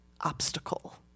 obstacle